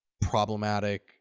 problematic